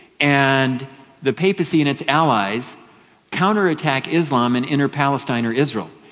and the papacy and its allies counterattack islam and enter palestine or israel.